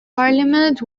parliament